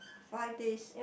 five days